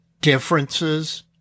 differences